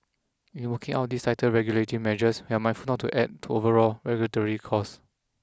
in working out these tighter regulatory measures we're mindful not to add to overall regulatory costs